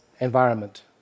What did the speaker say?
environment